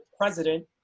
president